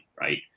right